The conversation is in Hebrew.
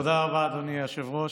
תודה רבה, אדוני היושב-ראש.